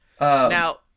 Now-